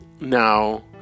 Now